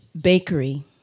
Bakery